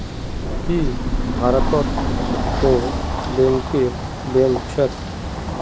की भारतत तो बैंकरेर बैंक छेक